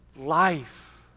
life